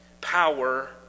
power